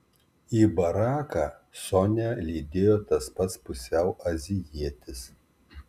į baraką sonią lydėjo tas pats pusiau azijietis